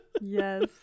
Yes